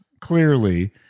clearly